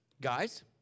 guys